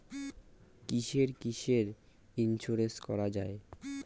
কিসের কিসের ইন্সুরেন্স করা যায়?